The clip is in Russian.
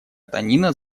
танина